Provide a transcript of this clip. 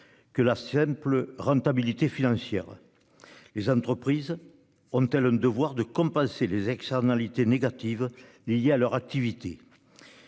que la simple rentabilité financière. Les entreprises ont talonne devoir de compenser les externalités négatives liées à leur activité.